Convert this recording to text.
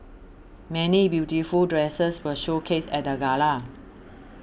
many beautiful dresses were showcased at the gala